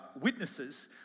witnesses